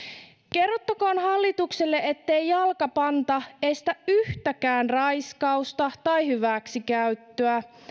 kerrottakoon hallitukselle ettei jalkapanta estä yhtäkään raiskausta tai hyväksikäyttöä